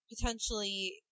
potentially